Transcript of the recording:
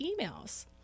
emails